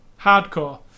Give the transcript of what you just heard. hardcore